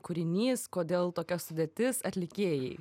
kūrinys kodėl tokia sudėtis atlikėjai